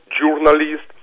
journalist